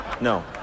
No